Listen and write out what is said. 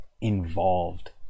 involved